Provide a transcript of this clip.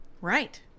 right